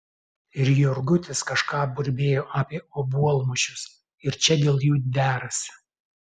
ir jurgutis kažką burbėjo apie obuolmušius ir čia dėl jų derasi